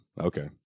Okay